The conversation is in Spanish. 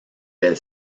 del